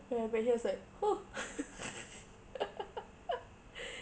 and I bet he was like !huh!